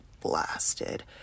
blasted